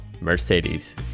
Mercedes